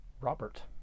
Robert